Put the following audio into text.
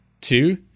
two